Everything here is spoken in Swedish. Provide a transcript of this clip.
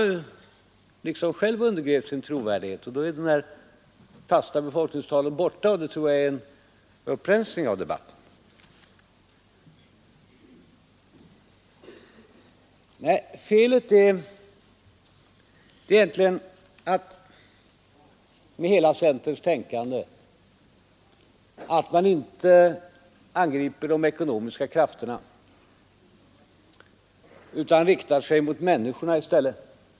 Då har man själv undergrävt sin trovärdighet. Då är de fasta befolkningstalen borta, och det tror jag är en upprensning av debatten. Nej, felet med centerns hela tänkande är egentligen att man inte angriper de ekonomiska krafterna utan riktar sig mot människorna i stället.